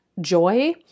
joy